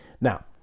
Now